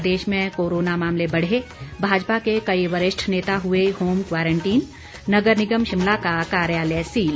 प्रदेश में कोरोना मामले बढ़े भाजपा के कई वरिष्ठ नेता हुए होम क्वारंटीन नगर निगम शिमला का कार्यालय सील